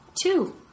two